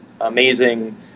amazing